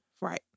Right